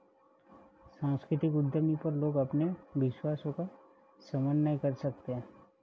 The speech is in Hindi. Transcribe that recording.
सांस्कृतिक उद्यमी पर लोग अपने विश्वासों का समन्वय कर सकते है